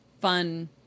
fun